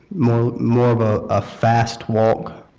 more more of a ah fast walk.